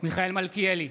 מיכאל מלכיאלי,